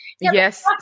Yes